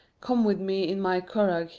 come with me in my curragh,